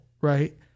right